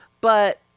but-